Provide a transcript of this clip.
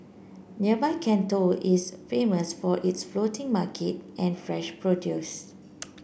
nearby Can Tho is famous for its floating market and fresh produce